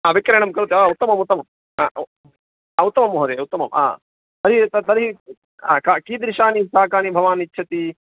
ह विक्रयणं क्रेतुम् उत्तमम् उत्तमं ह उत्तमं महोदय उत्तमं तर्हि तर्हि कानि कीदृशानि शाकानि भवान् इच्छति